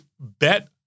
bet